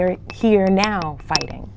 you're here now fighting